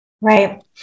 Right